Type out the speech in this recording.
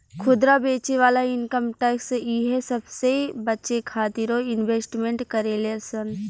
खुदरा बेचे वाला इनकम टैक्स इहे सबसे बचे खातिरो इन्वेस्टमेंट करेले सन